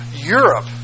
Europe